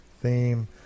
theme